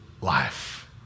life